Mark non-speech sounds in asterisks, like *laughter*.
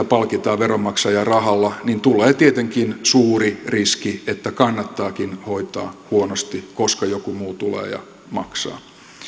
*unintelligible* palkitaan veronmaksajien rahalla niin tulee tietenkin suuri riski että kannattaakin hoitaa huonosti koska joku muu tulee ja maksaa